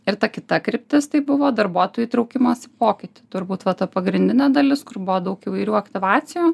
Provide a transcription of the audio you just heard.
ir ta kita kryptis tai buvo darbuotojų įtraukimas į pokytį turbūt va ta pagrindinė dalis kur buvo daug įvairių aktyvacijų